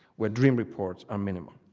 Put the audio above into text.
where dream reports are minimum.